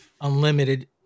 unlimited